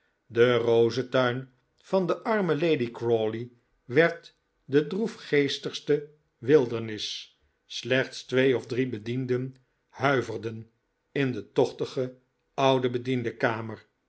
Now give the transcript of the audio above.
de rozentuin van de arme lady crawley werd de droefgeestigste wildernis slechts twee of drie bedienden huiverden in de tochtige